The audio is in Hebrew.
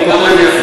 הוא כותב יפה.